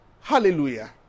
Hallelujah